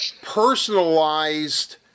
personalized